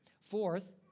Fourth